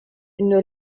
une